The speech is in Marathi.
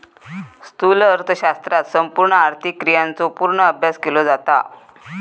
स्थूल अर्थशास्त्रात संपूर्ण आर्थिक क्रियांचो पूर्ण अभ्यास केलो जाता